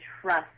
trust